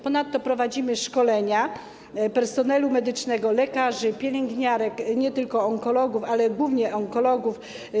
Ponadto prowadzimy szkolenia personelu medycznego, lekarzy, pielęgniarek, nie tylko onkologów, ale głównie onkologów.